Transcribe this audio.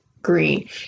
green